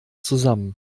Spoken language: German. zusammen